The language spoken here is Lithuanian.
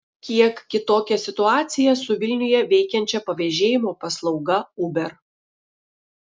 kiek kitokia situacija su vilniuje veikiančia pavežėjimo paslauga uber